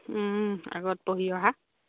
আগত পঢ়ি অহা